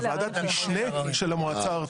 זה לוועדת משנה של המועצה הארצית.